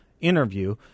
interview